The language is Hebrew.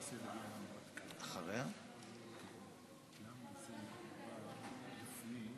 אדוני השר, חברות וחברי הכנסת,